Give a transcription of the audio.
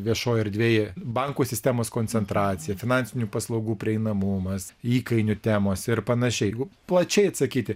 viešoj erdvėj bankų sistemos koncentracija finansinių paslaugų prieinamumas įkainių temos ir panašiai jeigu plačiai atsakyti